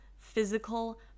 physical